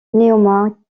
néanmoins